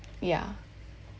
yeah